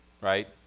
right